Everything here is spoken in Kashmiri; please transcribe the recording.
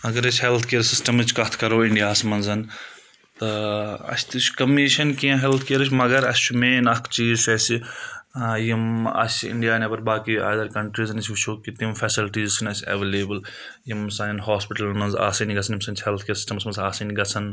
اگر أسۍ ہیٚلٕتھ کِیَر سِسٹَمٕچ کَتھ کَرو اِنڈیاہَس منٛزَ تہٕ اَسہِ تہِ چھِ کَمی چھَنہٕ کینٛہہ ہیٚلٕتھ کِیَرٕچ مگر اَسہِ چھُ مَین اَکھ چیٖز چھُ اَسہِ یِم اَسہِ اِنڈیا نیٚبَر باقٕے اَدَر کَنٹرٛیٖزَن أسۍ وٕچھو کہِ تِم فیسَلٹیٖز چھِنہٕ اَسہِ اَیوَیٚلَیبٕل یِم سانؠن ہاسپِٹَلَن منٛز آسٕنۍ گژھان یِم سٕنٛز ہیٚلٕتھ کِیَر سِسٹَمَس منٛز آسٕنۍ گژھَان